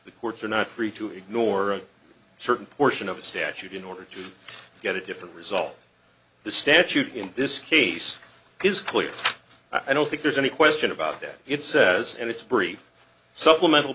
the courts are not free to ignore a certain portion of a statute in order to get a different result the statute in this case is clear i don't think there's any question about that it says and it's brief supplemental